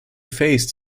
faced